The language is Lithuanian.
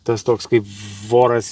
tas toks kaip voras